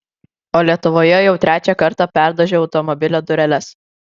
o lietuvoje jau trečią kartą perdažau automobilio dureles